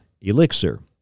elixir